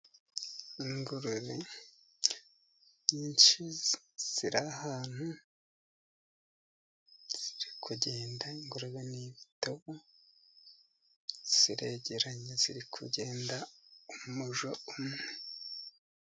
Ingurube nyinshi ziri ahantu, ziri kugenda, ingurube ni ibitobo, ziregeranye ziri kugenda umujyo umwe.